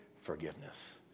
forgiveness